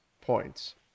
points